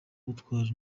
ubutwari